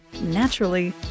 naturally